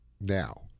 Now